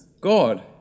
God